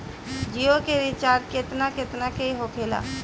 जियो के रिचार्ज केतना केतना के होखे ला?